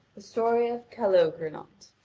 the story of calogrenant.